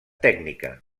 tècnica